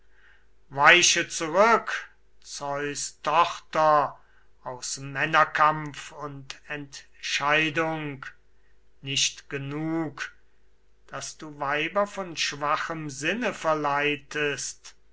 weiche zurück zeus tochter aus männerkampf und entscheidung nicht genug daß du weiber von schwachem sinne verleitest